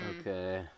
Okay